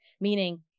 meaning